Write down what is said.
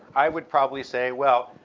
i would probably say, well,